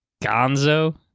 Gonzo